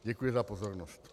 Děkuji za pozornost.